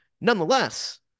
Nonetheless